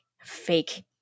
fake